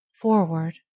forward